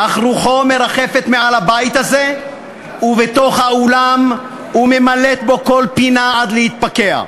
אך רוחו מרחפת מעל הבית הזה ובתוך האולם וממלאת בו כל פינה עד להתפקע,